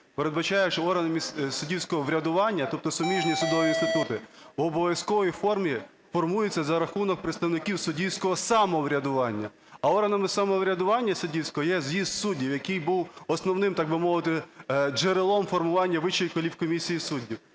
передбачає, що органи суддівського врядування, тобто суміжні судові інститути, в обов'язковій формі формуються за рахунок представників суддівського самоврядування. А органами самоврядування суддівського є з'їзд суддів, який був основним, так би мовити, джерелом формування Вищої кваліфкомісії суддів.